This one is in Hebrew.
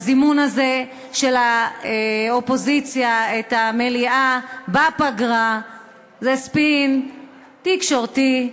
הזימון הזה של האופוזיציה את המליאה בפגרה זה ספין תקשורתי.